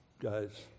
guys